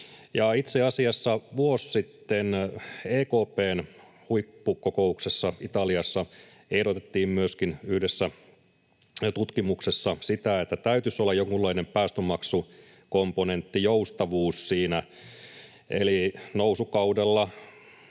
Itse asiassa vuosi sitten myöskin EKP:n huippukokouksessa Italiassa ehdotettiin yhdessä tutkimuksessa sitä, että täytyisi olla jonkunlainen päästömaksukomponentti ja joustavuus siinä, eli nousukaudella